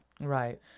Right